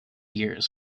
years